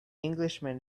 englishman